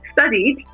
studied